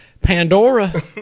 Pandora